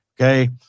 Okay